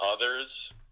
others